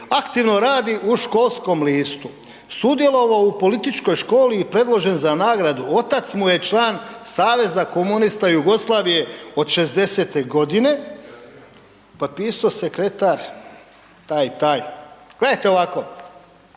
aktivno radi u školskom listu, sudjelovao u političkoj školi i predložen za nagradu, otac mu je član Saveza komunista Jugoslavije od '60.-te godine, potpiso sekretar taj i taj. Gledajte ovako,